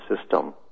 system